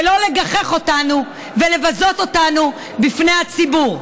ולא להגחיך אותנו ולבזות אותנו בפני הציבור.